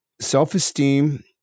self-esteem